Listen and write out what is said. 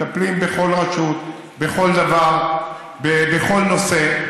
מטפלים בכל רשות, בכל דבר, בכל נושא.